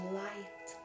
light